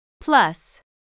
Plus